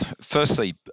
firstly